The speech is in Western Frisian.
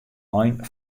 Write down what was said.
ein